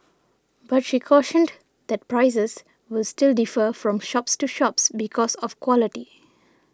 but she cautioned that prices will still defer from shops to shops because of quality